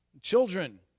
children